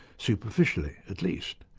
superficially at least.